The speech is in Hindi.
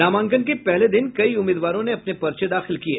नामांकन के पहले दिन कई उम्मीदवारों ने अपने पर्चे दाखिल किये